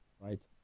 right